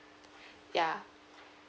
ya